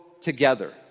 together